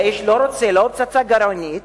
האיש לא רוצה לא פצצה גרעינית